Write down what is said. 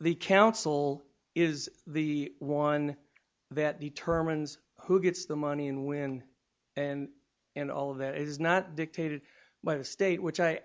the council is the one that determines who gets the money and when and and all of that is not dictated by the state which i